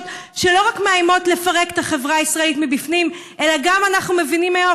שלא רק מאיימות לפרק את החברה הישראלית מבפנים אלא גם אנחנו מבינים היום